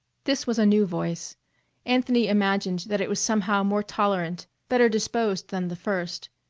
this was a new voice anthony imagined that it was somehow more tolerant, better disposed than the first.